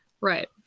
Right